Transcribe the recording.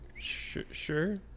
Sure